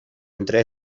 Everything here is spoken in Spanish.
entre